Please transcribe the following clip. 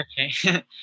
Okay